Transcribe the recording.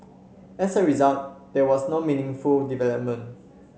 as a result there was no meaningful development